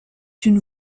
une